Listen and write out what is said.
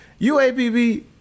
UAPB